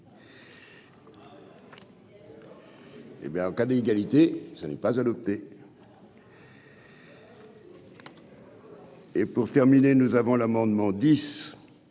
Hé bien, en cas d'ça n'est pas adopté. Et pour terminer, nous avons l'amendement dix